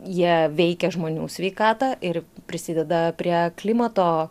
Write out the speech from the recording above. jie veikia žmonių sveikatą ir prisideda prie klimato